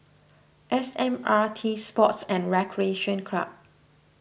S M R T Sports and Recreation Club